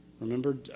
Remember